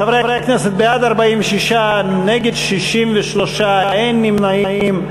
חברי הכנסת, בעד, 46, נגד, 63, אין נמנעים.